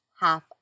half